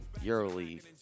Euroleague